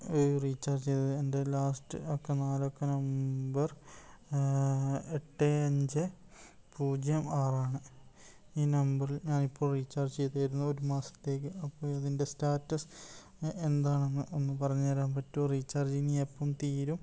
recharge ചെയ്തത് എൻ്റെ last അക്ക നാലക്ക നമ്പർ എട്ട് അഞ്ച് പൂജ്യം ആറാണ് ഈ നമ്പറിൽ ഞാനിപ്പോൾ റീചാർജ് ചെയ്തിരുന്നു ഒരു മാസത്തേക്ക് അപ്പോൾ ഇതിൻ്റെ സ്റ്റാറ്റസ് എന്താണെന്ന് ഒന്ന് പറഞ്ഞു തരാൻ പറ്റുമോ റീചാർജ് ഇനിയെപ്പം തീരും